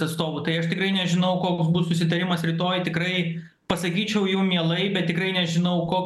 atstovų tai aš tikrai nežinau koks bus susitarimas rytoj tikrai pasakyčiau jum mielai bet tikrai nežinau ko